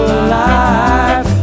alive